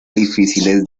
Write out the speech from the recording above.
difíciles